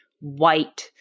white